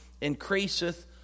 increaseth